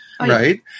Right